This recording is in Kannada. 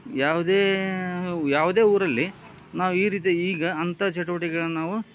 ಯಾವುದೇ ಯಾವುದೇ ಊರಲ್ಲಿ ನಾವು ಈ ರೀತಿಯ ಈಗ ಅಂತ ಚಟುವಟಿಕೆಗಳನ್ನ ನಾವು